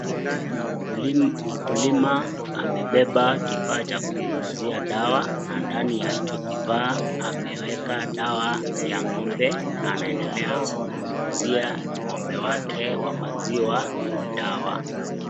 Mkulima amebeba kifaa cha kunyunyizia dawa na ndani ya hicho kifaa ameweka dawa ya ng'ombe na anaedelea kumnyunyizia ng'ombe wake wa maziwa dawa.